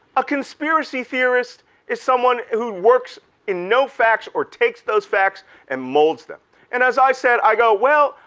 a conspiracy theorist is someone who works in no facts or takes those facts and molds them and as i said, i go well,